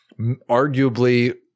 arguably –